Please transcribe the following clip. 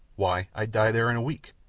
why, i'd die there in a week.